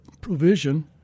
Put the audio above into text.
provision